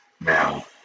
Now